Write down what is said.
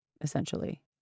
essentially